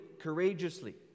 courageously